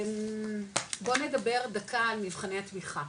בוא נדבר דקה על מבחני התמיכה,